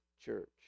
church